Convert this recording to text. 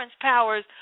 powers